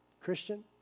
Christian